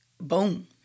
boom